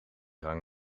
hang